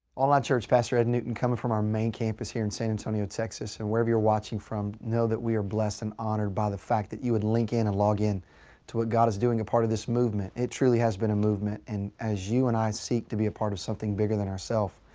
online church, pastor ed newton coming from our main campus here in san antonio, texas. and wherever you're watching from know that we are blessed and honored by the fact that you would link in and log in to what god is doing. a part of this movement. it truly has been a movement. and as you and i seek to be a part of something bigger than ourself.